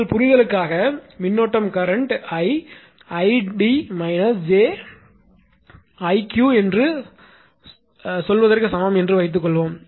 உங்கள் புரிதலுக்காக மின்னோட்டம்கரண்ட் 𝐼 𝐼𝑑 − 𝑗𝐼𝑞 என்று சொல்வதற்கு சமம் என்று வைத்துக்கொள்வோம்